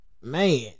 man